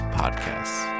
podcasts